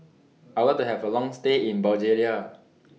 I Would like to Have A Long stay in Bulgaria